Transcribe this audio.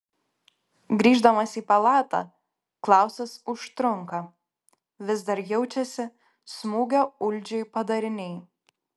grįždamas į palatą klausas užtrunka vis dar jaučiasi smūgio uldžiui padariniai